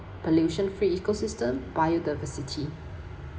pollution free ecosystem biodiversity